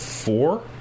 four